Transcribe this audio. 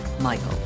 Michael